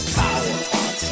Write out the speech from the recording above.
power